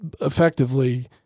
effectively